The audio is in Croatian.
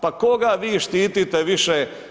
Pa koga vi štitite više?